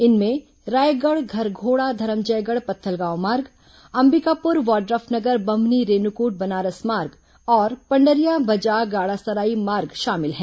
इनमें रायगढ़ घरघोड़ा धरमजयगढ़ पत्थलगांव मार्ग अंबिकापुर वाड्रफनगर बम्हनी रेन्कूट बनारस मार्ग और पंडरिया बजाग गाड़ासरई मार्ग शामिल हैं